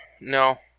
No